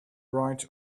bright